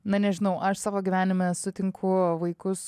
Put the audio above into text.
na nežinau aš savo gyvenime sutinku vaikus